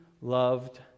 loved